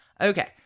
Okay